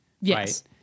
Yes